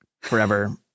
forever